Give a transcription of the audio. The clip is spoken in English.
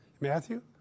Matthew